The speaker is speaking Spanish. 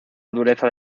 dureza